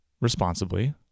responsibly